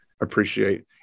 appreciate